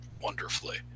wonderfully